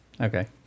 Okay